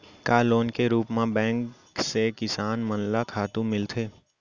का लोन के रूप मा बैंक से किसान मन ला खातू मिलथे?